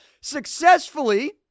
successfully